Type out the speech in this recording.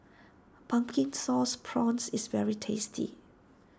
Pumpkin Sauce Prawns is very tasty